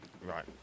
right